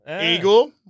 Eagle